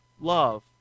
Love